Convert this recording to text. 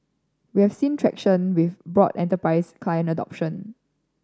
we have seen traction with broad enterprise client adoption